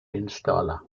installer